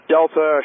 Delta